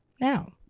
now